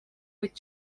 быть